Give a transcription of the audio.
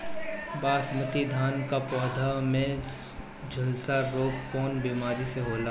बासमती धान क पौधा में झुलसा रोग कौन बिमारी से होला?